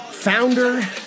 Founder